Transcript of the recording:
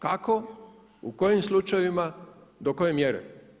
Kako, u kojim slučajevima, do koje mjere?